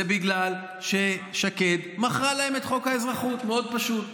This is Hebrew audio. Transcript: זה בגלל ששקד מכרה להם את חוק האזרחות, מאוד פשוט.